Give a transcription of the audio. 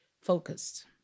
focused